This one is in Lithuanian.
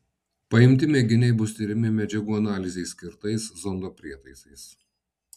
paimti mėginiai bus tiriami medžiagų analizei skirtais zondo prietaisais